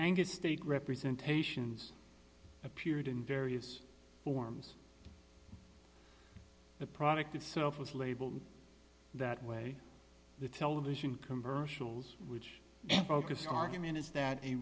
angus steak representation appeared in various forms the product itself was labeled that way the television commercials which and focus argument is that a